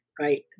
Right